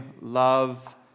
love